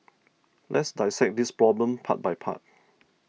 let's dissect this problem part by part